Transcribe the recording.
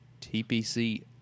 TPC